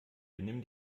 benimm